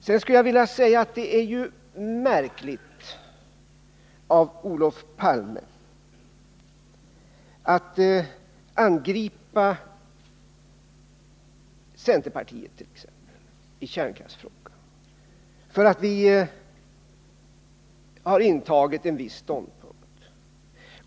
Det är vidare märkligt att Olof Palme i kärnkraftsfrågan angriper t.ex. centerpartiet för den ståndpunkt som det där intagit.